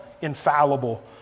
infallible